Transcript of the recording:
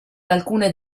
alcune